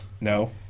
No